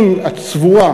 אם את סבורה,